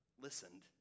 listened